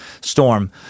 storm